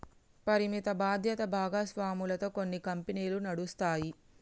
పరిమిత బాధ్యత భాగస్వామ్యాలతో కొన్ని కంపెనీలు నడుస్తాయి